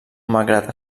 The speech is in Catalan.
malgrat